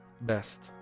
best